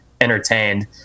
entertained